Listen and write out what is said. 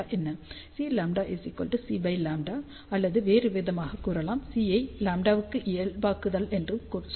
Cλ Cλ அல்லது வேறுவிதமாகக் கூறினால் C ஐ λ க்கு இயல்பாக்குதல் என்று சொல்லலாம்